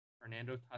Fernando